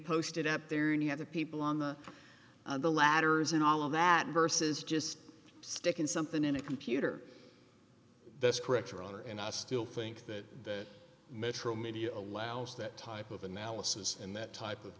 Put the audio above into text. posted up there any other people on the on the ladders and all of that versus just sticking something in a computer that's correct your honor and i still think that metromedia allows that type of analysis and that type of